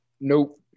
Nope